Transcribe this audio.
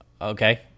Okay